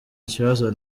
ikibazo